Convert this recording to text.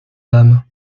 dame